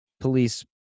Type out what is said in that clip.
police